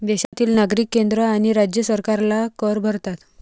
देशातील नागरिक केंद्र आणि राज्य सरकारला कर भरतात